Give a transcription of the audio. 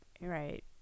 Right